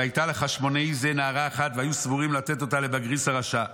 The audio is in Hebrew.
והייתה לחשמונאי זה נערה אחת והיו סבורים לתת אותה לבגריס הרשע,